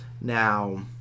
Now